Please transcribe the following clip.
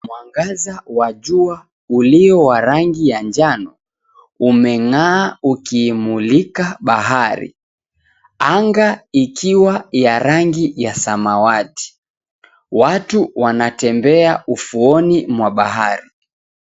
Mwangaza wa jua ulio wa rangi ya njano umeng'aa ukimulika bahari anga ikiwa ya rangi ya samawati. Watu wanatembea ufuoni mwa bahari.